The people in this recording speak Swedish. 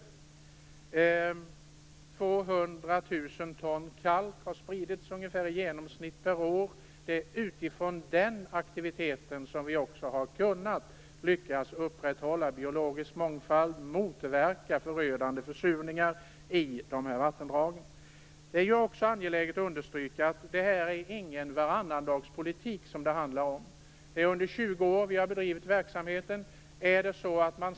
I genomsnitt har 200 000 ton kalk spridits per år, och det är den aktiviteten som har bidragit till att vi har lyckats upprätthålla biologisk mångfald och lyckats motverka förödande försurningar. Det är också angeläget att understryka att det inte handlar om någon varannandagspolitik. Vi har bedrivit verksamheten under 20 år.